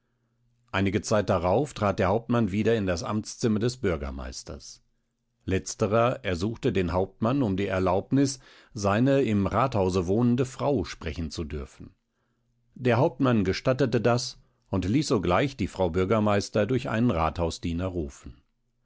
einige zeit darauf trat der hauptmann wieder in das amtszimmer des bürgermeisters letzterer ersuchte den hauptmann um die erlaubnis seine im rathause wohnende frau sprechen zu dürfen der hauptmann gestattete das und ließ sogleich die frau bürgermeister ster durch einen rathausdiener rufen